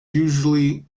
usually